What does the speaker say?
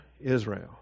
Israel